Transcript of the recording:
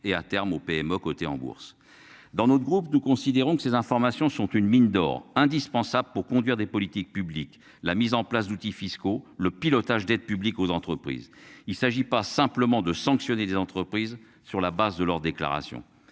et à terme aux PME cotées en bourse. Dans notre groupe, nous considérons que ces informations sont une mine d'or indispensable pour conduire des politiques publiques, la mise en place d'outils fiscaux le pilotage d'aides publiques aux entreprises. Il s'agit pas simplement de sanctionner des entreprises sur la base de leurs déclarations.